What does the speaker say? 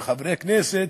כחברי כנסת,